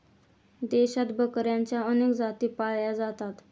देशात बकऱ्यांच्या अनेक जाती पाळल्या जातात